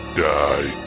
die